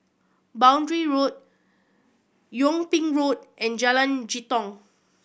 Boundary Road Yung Ping Road and Jalan Jitong